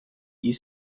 you